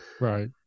Right